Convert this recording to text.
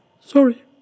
Sorry